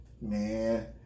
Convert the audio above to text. Man